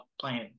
playing